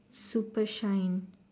super shine